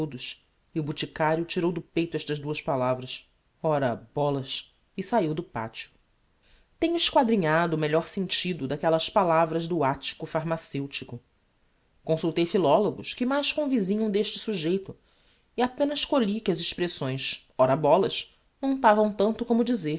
e o boticario tirou do peito estas duas palavras ora bolas e sahiu do pateo tenho esquadrinhado o melhor sentido d'aquellas palavras do attico pharmaceutico consultei philologos que mais convisinham d'este sujeito e apenas colhi que as expressões ora bolas montavam tanto como dizer